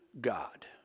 God